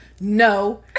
no